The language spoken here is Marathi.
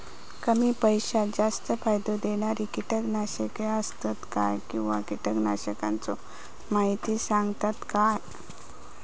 कमी पैशात जास्त फायदो दिणारी किटकनाशके आसत काय किंवा कीटकनाशकाचो माहिती सांगतात काय?